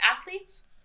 athletes